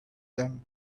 them